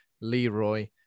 Leroy